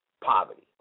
Poverty